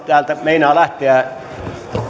täältä meinaavat lähteä